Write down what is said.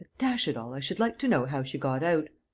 dash it all, i should like to know how she got out!